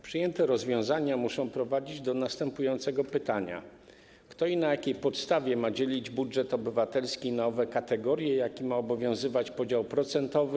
Przyjęte rozwiązania muszą prowadzić do następującego pytania: Kto i na jakiej podstawie ma dzielić budżet obywatelski na nowe kategorie, jaki ma obowiązywać podział procentowy?